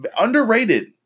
underrated